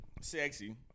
sexy